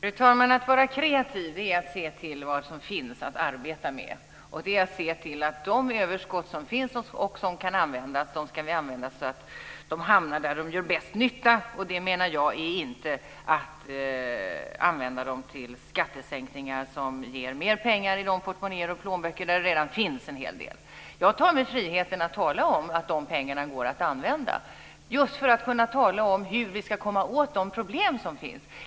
Fru talman! Att vara kreativ är att se till vad som finns att arbeta med och det är att se till att de överskott som finns och som kan användas ska vi använda så att de hamnar där de gör bäst nytta. Och det menar jag inte är att använda dem till skattesänkningar som ger mer pengar i de portmonnäer och plånböcker där det redan finns en hel del. Jag tar mig friheten att tala om att dessa pengar går att använda just för att kunna tala om hur vi ska komma åt de problem som finns.